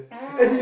mm